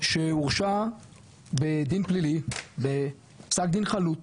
שהורשע בדין פלילי בפסק דין חלוט,